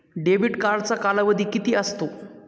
Debit कार्डचा कालावधी किती असतो?